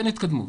אין התקדמות,